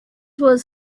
was